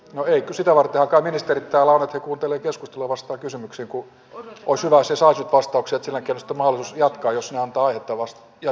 no ei sitähän vartenhan kai ministerit täällä ovat että he kuuntelevat keskustelua ja vastaavat kysymyksiin kun olisi hyvä että saisi nyt vastauksia että sen jälkeen olisi sitten mahdollisuus jatkaa jos ne antavat aihetta jatkokysymyksiin